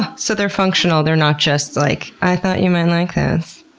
so they're functional. they're not just like, i thought you might like this.